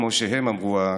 כמו שהם אמרו,